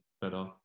better